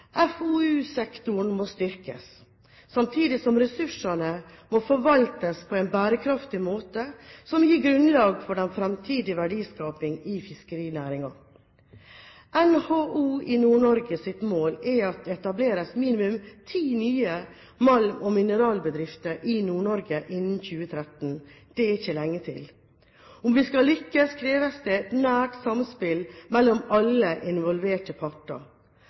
må styrkes, samtidig som ressursene må forvaltes på en bærekraftig måte som gir grunnlag for den fremtidige verdiskapingen i fiskerinæringen. Målet til NHO i Nord-Norge er at det etableres minimum ti nye malm- og mineralbedrifter i Nord-Norge innen 2013. Det er ikke lenge til. Om vi skal lykkes, kreves det et nært samspill mellom alle involverte parter.